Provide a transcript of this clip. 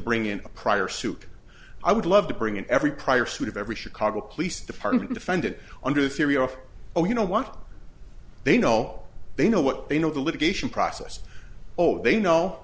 bring in a prior suit i would love to bring in every prior suit of every chicago police department defendant under the theory of oh you know what they know they know what they know the litigation process oh they know